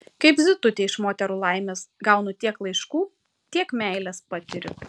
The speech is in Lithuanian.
kaip zitutė iš moterų laimės gaunu tiek laiškų tiek meilės patiriu